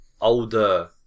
older